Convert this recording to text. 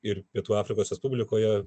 ir pietų afrikos respublikoje